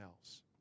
else